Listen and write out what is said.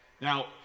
Now